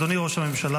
אדוני ראש הממשלה,